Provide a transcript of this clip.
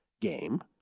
game